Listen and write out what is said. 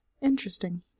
Interesting